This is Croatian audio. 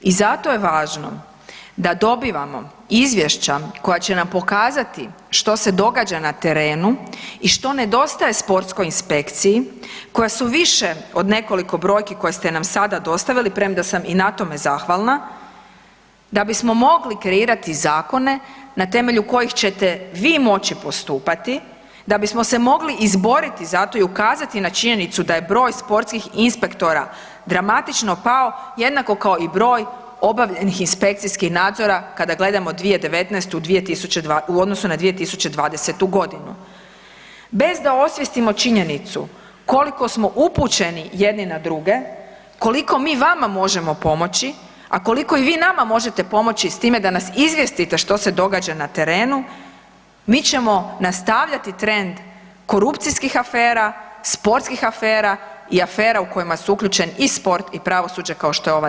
I zato je važno da dobivamo izvješća koja će nam pokazati što se događa na terenu i što nedostaje sportskoj inspekciji koja su više od nekoliko brojki koje ste nam sada dostavili, premda sam i na tome zahvalna da bismo mogli kreirati zakone na temelju kojih ćete vi moći postupati da bismo se mogli izboriti za to i ukazati na činjenicu da je broj sportskih inspektora dramatično pao, jednako kao i broj obavljenih inspekcijskih nadzora kada gledamo 2019. u odnosu na 2020.g. Bez da osvijestimo činjenicu koliko smo upućeni jedni na druge, koliko mi vama možemo pomoć, a koliko i vi nama možete pomoći s time da nas izvijestite što se događa na terenu, mi ćemo nastavljati trend korupcijskih afera, sportskih afera i afera u kojima su uključen i sport i pravosuđe kao što je ova danas.